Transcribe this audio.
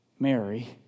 Mary